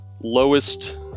lowest